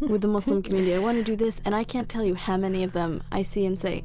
with the muslim community. i want to do this. and i can't tell you how many of them i see and say,